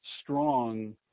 strong